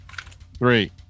three